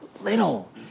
little